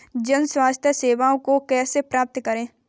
जन स्वास्थ्य सेवाओं को कैसे प्राप्त करें?